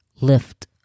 lift